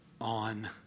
on